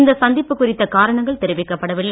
இந்த சந்திப்பு குறித்த காரணங்கள் தெரிவிக்கப்படவில்லை